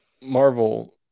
Marvel